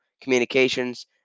communications